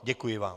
Děkuji vám.